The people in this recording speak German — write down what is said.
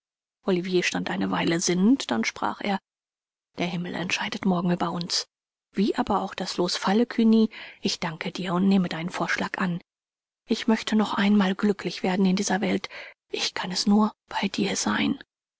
olivier stand eine weile sinnend dann sprach er der himmel entscheidet morgen über uns wie aber auch das los falle cugny ich danke dir und nehme deinen vorschlag an ich möchte noch einmal glücklich werden in dieser welt ich kann es nur bei dir sein